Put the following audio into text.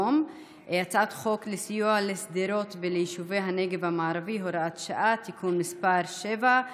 הצעת חוק סיוע לשדרות וליישובי הנגב המערבי (הוראת שעה) (תיקון מס' 7),